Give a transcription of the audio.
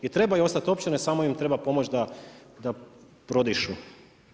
I trebaju ostati općine samo im treba pomoći da prodišu.